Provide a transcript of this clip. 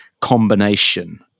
combination